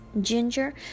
Ginger